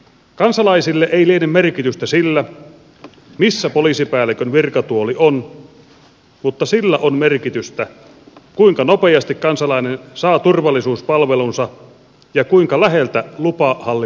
kansalaisille ei liene merkitystä sillä missä poliisipäällikön virkatuoli on mutta sillä on merkitystä kuinka nopeasti kansalainen saa turvallisuuspalvelunsa ja kuinka läheltä lupahallinnon palvelunsa